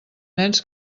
nens